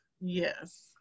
Yes